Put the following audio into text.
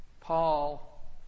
Paul